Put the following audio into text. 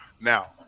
Now